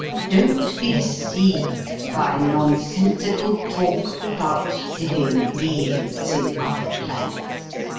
don't be deceived by nonsensical talk about living beings in other planets.